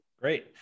great